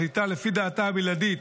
מחליטה לפי דעתה הבלעדית,